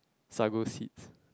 so I go sit